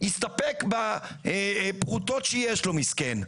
ויסתפק בפרוטות שיש לו מסכן.